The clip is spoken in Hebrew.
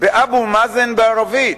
באבו מאזן בערבית,